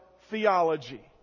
theology